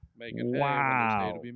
wow